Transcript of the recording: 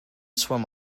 swim